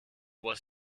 was